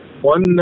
one